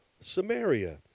Samaria